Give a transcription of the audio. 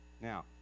Now